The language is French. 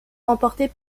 emportée